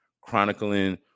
chronicling